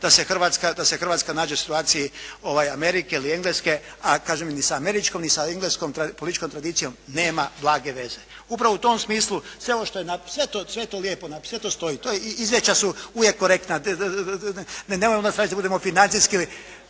da se Hrvatska nađe u situaciji Amerike ili Engleske. A kažem, ni sa američkom ni sa engleskom političkom tradicijom nema blage veze. Upravo u tom smislu, sve ovo što je napisano sve je to lijepo napisano, sve to stoji.